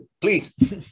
Please